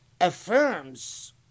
affirms